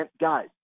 guys